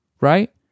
right